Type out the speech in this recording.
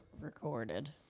recorded